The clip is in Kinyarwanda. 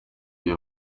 iyo